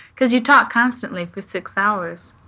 because you talk constantly for six hours,